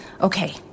okay